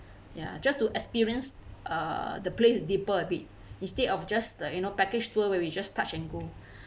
ya just to experience uh the place deeper a bit instead of just the you know package tour where we just touch and go